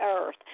earth